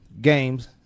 games